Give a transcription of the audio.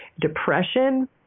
depression